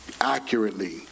accurately